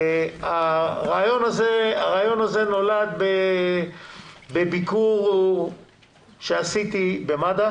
הרעיון הזה נולד בביקור שעשיתי במד"א